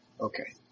Okay